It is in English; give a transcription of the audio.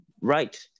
right